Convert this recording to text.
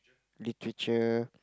literature